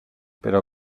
pero